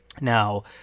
Now